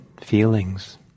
feelings